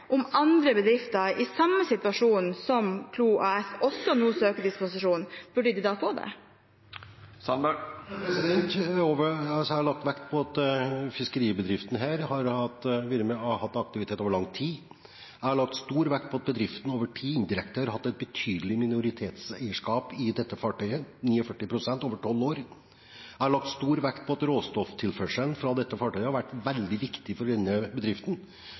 om også andre bedrifter i samme situasjon som Gunnar Klo AS nå søker dispensasjon – burde de få det? Jeg har lagt vekt på at fiskeribedriften har hatt aktivitet over lang tid. Jeg har lagt stor vekt på at bedriften over tid indirekte har hatt et betydelig minoritetseierskap i dette fartøyet – 49 pst. over tolv år. Jeg har lagt stor vekt på at råstofftilførselen fra dette fartøyet har vært veldig viktig for denne bedriften.